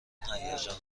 هیجان